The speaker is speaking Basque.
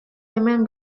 hemen